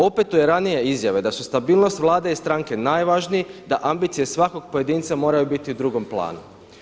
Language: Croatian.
Opetuje radnije izjave da su stabilnost Vlade i stranke najvažniji, da ambicije svakog pojedinca moraju biti u drugom planu.